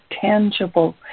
tangible